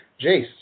Jace